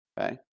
Okay